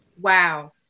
Wow